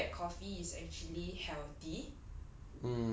eh did you know that coffee is actually healthy